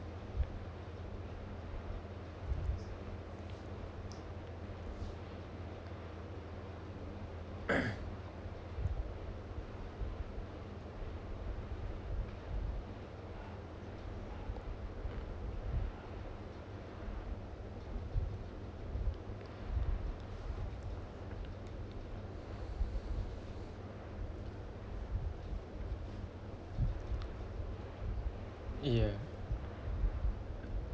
yeah